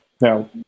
Now